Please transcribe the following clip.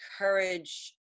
encourage